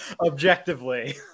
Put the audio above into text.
Objectively